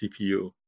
CPU